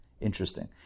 Interesting